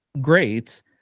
great